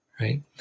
Right